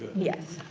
yes.